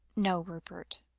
no, rupert,